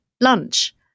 lunch